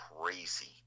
crazy